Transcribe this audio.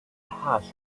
harsh